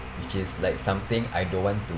which is like something I don't want to